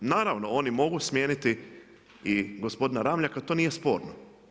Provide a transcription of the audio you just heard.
Naravno, oni mogu smijeniti i gospodina Ramljaka i to nije sporno.